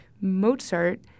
Mozart